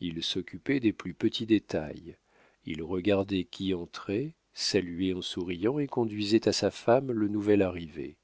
il s'occupait des plus petits détails il regardait qui entrait saluait en souriant et conduisait à sa femme le nouvel arrivé